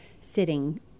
sitting